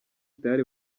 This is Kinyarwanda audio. tayari